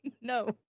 No